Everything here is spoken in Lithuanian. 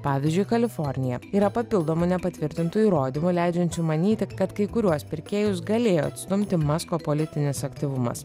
pavyzdžiui kalifornija yra papildomų nepatvirtintų įrodymų leidžiančių manyti kad kai kuriuos pirkėjus galėjo atstumti masko politinis aktyvumas